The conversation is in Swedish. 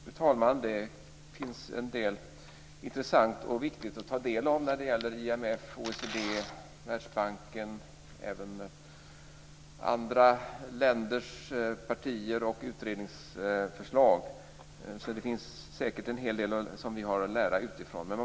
Fru talman! Det finns en del som det är intressant och viktigt att ta del av när det gäller IMF, OECD, Världsbanken och även andra länders partier och utredningsförslag. Vi har säkert en hel del att lära utifrån.